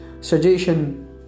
suggestion